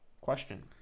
question